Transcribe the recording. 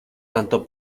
tanto